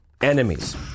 enemies